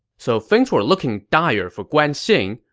so things were looking dire for guan xing.